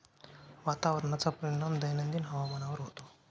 वातावरणाचा परिणाम दैनंदिन हवामानावर होतो